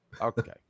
Okay